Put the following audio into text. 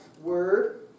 word